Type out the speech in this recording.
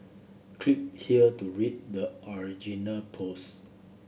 click here to read the original post